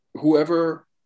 whoever